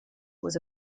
was